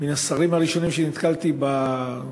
מן השרים הראשונים שנתקלתי בהם,